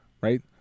Right